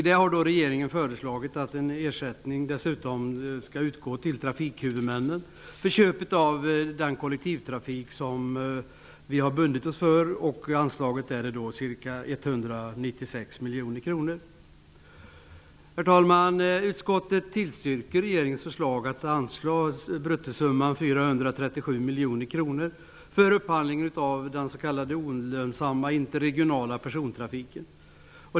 Här har regeringen förslagit att en ersättning dessutom skall utgå till trafikhuvudmännen för köp av den kollektivtrafik som vi har bundit oss för. Anslaget till detta är ca 196 miljoner kronor. Herr talman! Utskottet tillstyrker regeringens förslag att anslå bruttosumman 437 miljoner kronor för upphandling av den s.k. olönsamma interregionala persontrafiken.